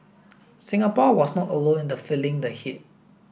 Singapore was not alone in feeling the heat